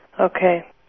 Okay